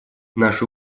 наши